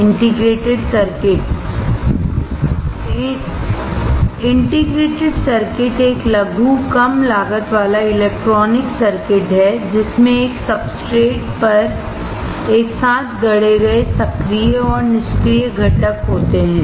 integrated circuit एक लघु कम लागत वाला इलेक्ट्रॉनिक सर्किट है जिसमें एक सब्सट्रेट पर एक साथ गढ़े गए सक्रिय और निष्क्रिय घटक होते हैं